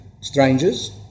strangers